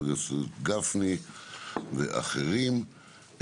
משה גפני ואחרים.